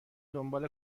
دنبال